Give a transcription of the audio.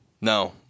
No